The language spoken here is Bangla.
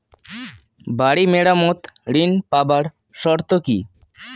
বাড়ি মেরামত ঋন পাবার শর্ত কি?